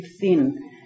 thin